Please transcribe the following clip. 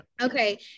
Okay